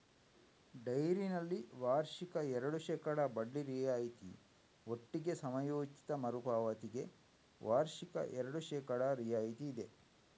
ಡೈರಿನಲ್ಲಿ ವಾರ್ಷಿಕ ಎರಡು ಶೇಕಡಾ ಬಡ್ಡಿ ರಿಯಾಯಿತಿ ಒಟ್ಟಿಗೆ ಸಮಯೋಚಿತ ಮರು ಪಾವತಿಗೆ ವಾರ್ಷಿಕ ಎರಡು ಶೇಕಡಾ ರಿಯಾಯಿತಿ ಇದೆ